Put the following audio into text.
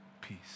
peace